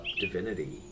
divinity